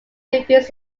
reveals